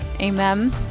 Amen